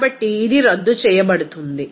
కాబట్టి ఇది రద్దు చేయబడుతుంది